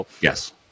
Yes